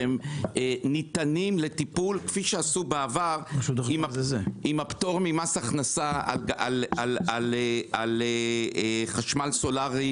שהם ניתנים לטיפול כמו שעשו בעבר עם הפטור ממס הכנסה על חשמל סולארי